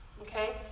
okay